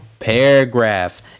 Paragraph